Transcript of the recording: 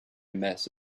mess